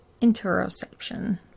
interoception